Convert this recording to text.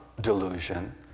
delusion